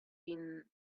been